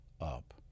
up